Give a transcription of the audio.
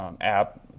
app